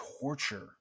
torture